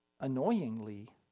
annoyingly